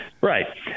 Right